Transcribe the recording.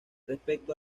respecto